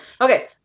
okay